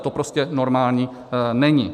To prostě normální není.